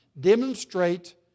demonstrate